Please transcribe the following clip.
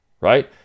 Right